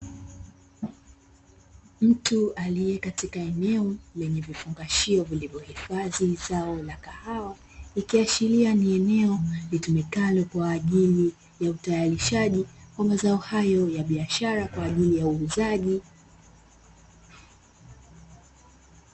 Mtu aliye katika eneo lenye vifungashio vilivyohifadhi zao la kahawa ikiashiria ni eneo litumikalo, kwa ajili ya utayarishaji wa mazao hayo ya biashara kwa ajili ya uuzaji uuzaji.